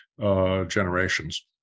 generations